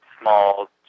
small